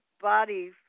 body